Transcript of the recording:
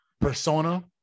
persona